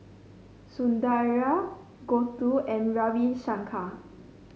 Sundaraiah Gouthu and Ravi Shankar